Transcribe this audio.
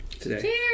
today